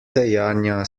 dejanja